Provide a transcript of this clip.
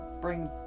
bring